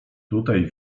tutaj